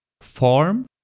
form